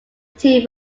team